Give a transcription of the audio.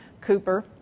Cooper